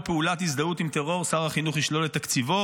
פעולת הזדהות עם טרור שר החינוך ישלול את תקציבו,